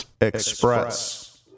Express